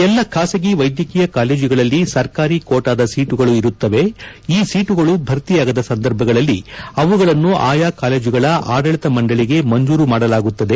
ಎಲ್ಲ ಖಾಸಗಿ ವೈದ್ಯಕೀಯ ಕಾಲೇಜುಗಳಲ್ಲಿ ಸರ್ಕಾರಿ ಕೋಟಾದ ಸೀಟುಗಳು ಇರುತ್ತವೆ ಈ ಸೀಟುಗಳು ಭರ್ತಿಯಾಗದ ಸಂದರ್ಭಗಳಲ್ಲಿ ಅವುಗಳನ್ನು ಆಯಾ ಕಾಲೇಜುಗಳ ಆಡಳಿತ ಮಂಡಳಿಗೆ ಮಂಜೂರು ಮಾಡಲಾಗುತ್ತದೆ